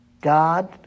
God